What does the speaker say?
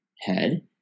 head